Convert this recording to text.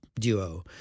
duo